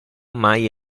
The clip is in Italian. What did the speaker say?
mai